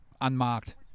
unmarked